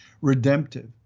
redemptive